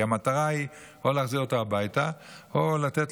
כי המטרה היא להחזיר אותו הביתה או לתת